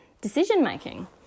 decision-making